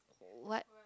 what